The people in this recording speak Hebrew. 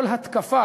כל התקפה,